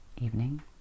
evening